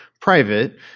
private